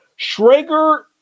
Schrager